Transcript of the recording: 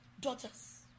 daughters